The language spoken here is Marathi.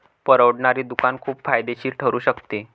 परवडणारे दुकान खूप फायदेशीर ठरू शकते